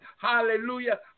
Hallelujah